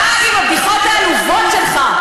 די עם הבדיחות העלובות שלך.